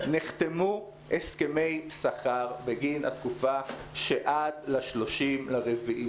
נחתמו הסכמי שכר בגין התקופה שעד ה-30.4.